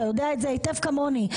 אתה יודע את זה היטב, כמוני.